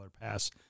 pass